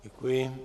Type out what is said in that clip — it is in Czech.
Děkuji.